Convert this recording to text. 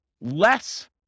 less